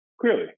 Clearly